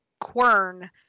quern